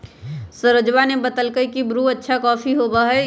सरोजवा ने बतल कई की ब्रू अच्छा कॉफी होबा हई